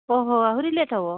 ଓହୋ ଆହୁରି ଲେଟ୍ ହେବ